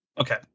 Okay